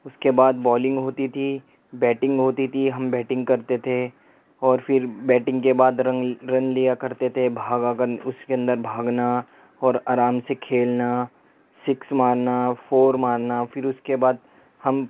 اس کے بعد بولنگ ہوتی تھی بیٹنگ ہوتی تھی ہم بیٹنگ کرتے تھے اور پھر بیٹنگ کے بعد رن رن لیا کرتے تھے بھاگا کر اس کے اندر بھاگنا اور آرام سے کھیلنا سکس مارنا فور مارنا پھر اس کے بعد ہم